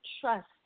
trust